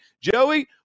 Joey